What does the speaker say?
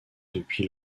depuis